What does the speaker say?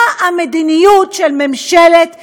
מה המדיניות של ממשלת ישראל,